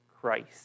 Christ